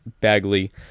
Bagley